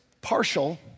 partial